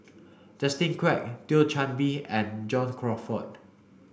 Justin Quek Thio Chan Bee and John Crawfurd